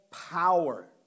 power